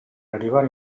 arrivare